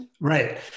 right